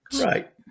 Right